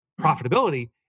profitability